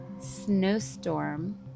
snowstorm